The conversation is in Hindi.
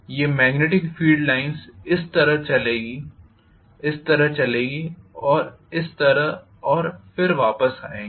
ये मेग्नेटिक फील्ड लाइन्स इस तरह चलेगी इस तरह चलेगी और फिर इस तरह और फिर वापस आएगी